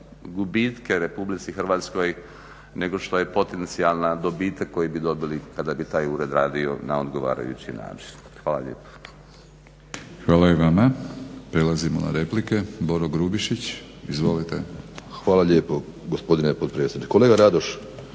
Hvala i vama. Prelazimo na replike. Boro Grubišić, izvolite. **Grubišić, Boro (HDSSB)** Hvala lijepo gospodine potpredsjedniče. Kolega Radoš,